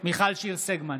מיכל שיר סגמן,